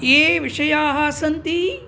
ये विषयाः सन्ति